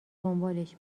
دنبالش